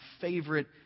favorite